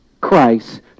Christ